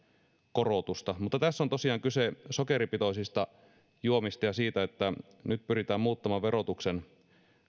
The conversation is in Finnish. korotusta tässä on tosiaan kyse sokeripitoisista juomista ja siitä että nyt pyritään muuttamaan verotuksen